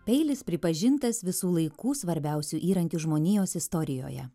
peilis pripažintas visų laikų svarbiausiu įrankiu žmonijos istorijoje